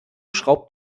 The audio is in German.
schraubt